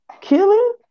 Killing